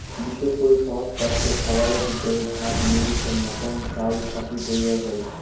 বিশেষ করি সহজপাচ্য খাবার হিসাবত ভাত, মুড়ির মতন চাউল থাকি তৈয়ার হই